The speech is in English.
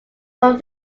from